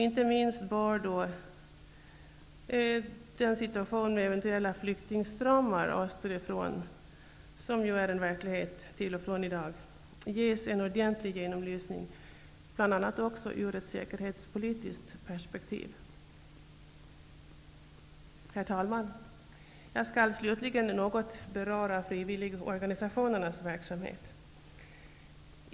Inte minst bör då situationen med eventuella flyktingströmmar österifrån, som emellanåt är en verklighet i dag, ges en ordentlig genomlysning, bl.a. också ur ett säkerhetspolitiskt perspektiv. Herr talman! Jag skall slutligen något beröra frivilligorganisationernas verksamhet.